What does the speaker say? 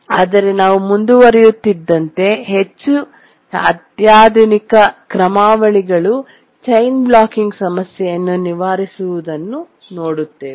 ಆದರೆ ನಾವು ಮುಂದುವರಿಯುತ್ತಿದ್ದಂತೆ ಹೆಚ್ಚು ಅತ್ಯಾಧುನಿಕ ಕ್ರಮಾವಳಿಗಳು ಚೈನ್ ಬ್ಲಾಕಿಂಗ್ ಸಮಸ್ಯೆಯನ್ನು ನಿವಾರಿಸುವುದನ್ನು ನೋಡುತ್ತೇವೆ